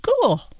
cool